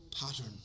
pattern